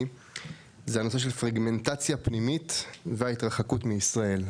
זה הנושא של פרגמנטציה פנימית וההתרחקות מישראל.